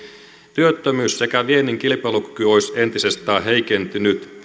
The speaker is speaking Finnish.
työttömyys sekä viennin kilpailukyky olisi entisestään heikentynyt